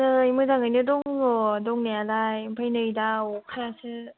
नै मोजांयैनो दङ दंनाय आलाय आमफ्राय नै दा अखायासो